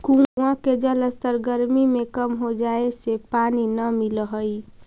कुआँ के जलस्तर गरमी में कम हो जाए से पानी न मिलऽ हई